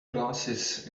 glasses